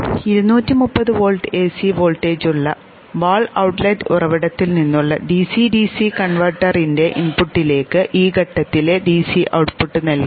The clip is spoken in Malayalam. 230 വോൾട്ട് എസി വോൾട്ടേജുള്ള വാൾ ഔട്ട്ലെറ്റ് ഉറവിടത്തിൽ നിന്നുള്ള ഡിസി ഡിസി കൺവെർട്ടറിന്റെ ഇൻപുട്ടിലേക്ക് ഈ ഘട്ടത്തിലെ ഡിസി ഔട്ട്പുട്ട് നൽകാം